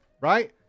right